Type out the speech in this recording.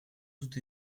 tout